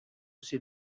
ces